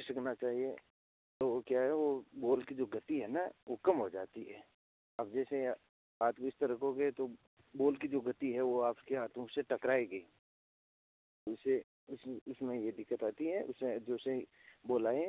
खिसकना चाहिए तो वो क्या है वो बॉल कि जो गति है ना वो कम हो जाती है अब जैसे हाथ भी सीधा रखोगे तो बॉल कि जो गति है वो आपके हाथों से टकराएगी उसे उस उस में ये दिक्कत आती है उसमें जैसे ही बॉल आए